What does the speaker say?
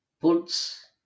puts